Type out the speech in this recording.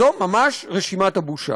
זו ממש רשימת הבושה.